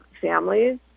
families